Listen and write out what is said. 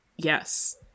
Yes